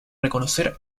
reconocer